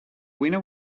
winner